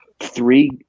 Three –